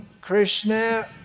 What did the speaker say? Krishna